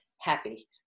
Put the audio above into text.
happy